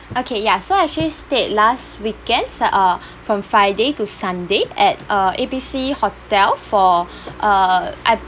okay ya so I actually stayed last weekend sat~ uh from friday to sunday at uh A B C hotel for uh I